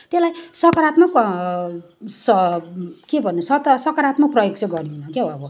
त्यसलाई सकारात्मक स के भन्नु सकारात्मक प्रयोग चाहिँ गरेनौँ के अब